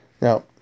Now